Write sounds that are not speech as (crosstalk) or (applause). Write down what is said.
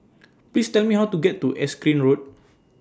(noise) Please Tell Me How to get to Erskine Road